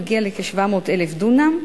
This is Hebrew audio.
מגיע לכ-700,000 דונם,